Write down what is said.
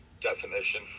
definition